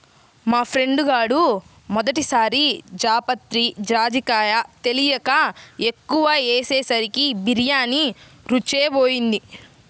మా ఫ్రెండు గాడు మొదటి సారి జాపత్రి, జాజికాయ తెలియక ఎక్కువ ఏసేసరికి బిర్యానీ రుచే బోయింది